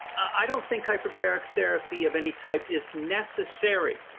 i don't think hyperbaric therapy of any type is necessary.